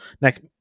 next